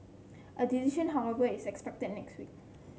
a decision however is expected next week